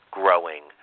growing